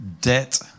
debt